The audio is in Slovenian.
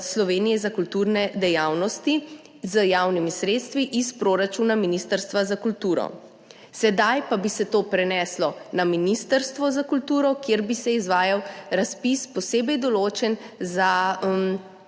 Slovenije za kulturne dejavnosti z javnimi sredstvi iz proračuna Ministrstva za kulturo, sedaj pa bi se to preneslo na ministrstvo za kulturo, kjer bi se izvajal razpis, posebej določen za